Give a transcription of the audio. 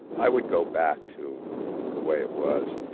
i would go back to the way it was,